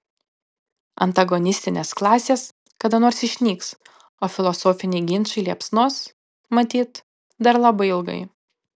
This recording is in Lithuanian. antagonistinės klasės kada nors išnyks o filosofiniai ginčai liepsnos matyt dar labai ilgai